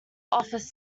office